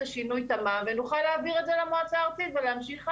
השינוי תמ"מ ונוכל להעביר את זה למועצה הארצית ולהמשיך הלאה.